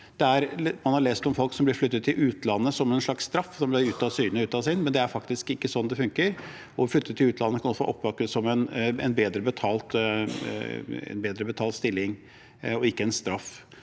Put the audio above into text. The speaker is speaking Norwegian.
Man har lest om folk som blir flyttet til utlandet som en slags straff, ute av syne, ute av sinn, men det er faktisk ikke sånn det funker. Å flytte til utlandet kan også oppfattes som en bedre betalt stilling og ikke en straff.